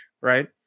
right